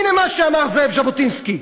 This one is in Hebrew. הנה מה שאמר זאב ז'בוטינסקי: